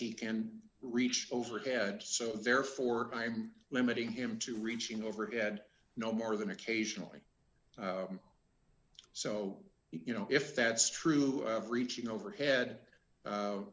he can reach overhead so therefore i'm limiting him to reaching overhead no more than occasionally so you know if that's true of reaching overhead